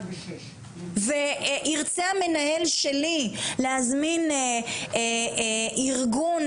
ירצה המנהל שלי להזמין ארגון